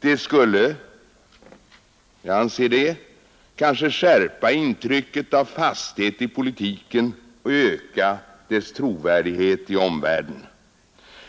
Den skulle, anser jag, kanske skärpa intrycket av fasthet i politiken och öka dess trovärdighet i omvärlden.